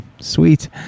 sweet